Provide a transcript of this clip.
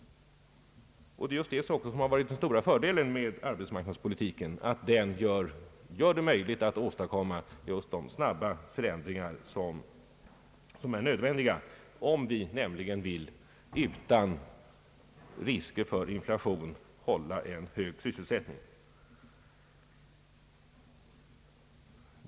Den stora fördelen med arbetsmarknadspolitiken är just att den gör det möjligt att åstadkomma de snabba förändringar som är nödvändiga för att vi utan risker för inflation skall kunna hålla en hög sysselsättning.